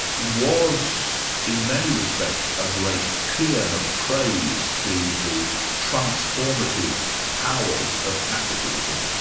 was in many respects a great paeon of praise to the transformative powers of capitalism,